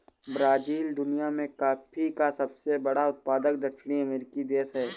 Brazil दुनिया में coffee का सबसे बड़ा उत्पादक दक्षिणी अमेरिकी देश है